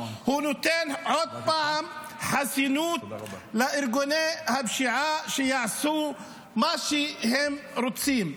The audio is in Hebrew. נותן עוד פעם חסינות לארגוני הפשיעה שיעשו מה שהם רוצים.